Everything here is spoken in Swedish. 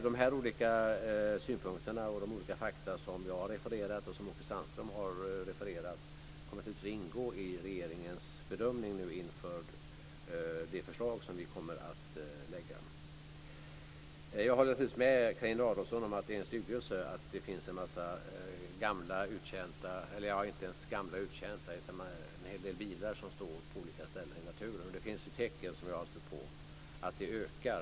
De här olika synpunkterna och faktumen som jag och Åke Sandström har refererat kommer naturligtvis att ingå nu i regeringens bedömning inför det förslag som vi kommer att lägga fram. Jag håller naturligtvis med Carina Adolfsson om att det är en styggelse att det finns en massa bilar som är gamla och uttjänta - och ibland är de inte ens gamla och uttjänta - som står på olika ställen i naturen. Jag har stött på tecken på att detta ökar.